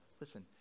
listen